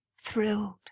thrilled